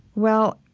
well,